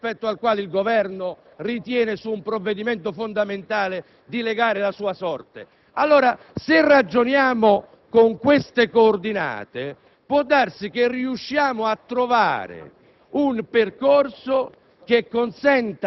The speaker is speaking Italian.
della fiducia che riguarda il voto, in merito al quale il Governo ritiene, su un provvedimento fondamentale, di legare la sua sorte. Se ragioniamo secondo queste coordinate, può darsi che riusciremo a trovare